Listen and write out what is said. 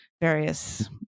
various